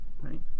right